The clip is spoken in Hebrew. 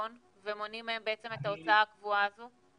בחשבון ומונעים מהם את ההוצאה הקבועה הזו?